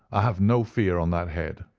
i have no fear on that head.